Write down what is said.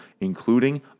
including